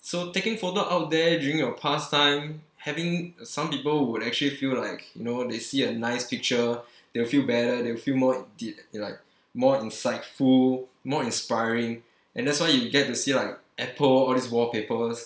so taking photo out there during your past time having some people would actually feel like you know they see a nice picture they will feel better they'll feel more dee~ like more insightful more inspiring and that's why you get to see like Apple all these wallpapers